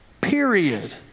Period